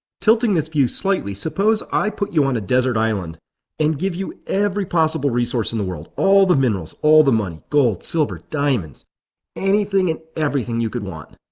tilting this view slightly suppose i put you on a desert island and give you every possible resource in the world, all the minerals and all the money, gold, silver diamonds anything and everything you could want.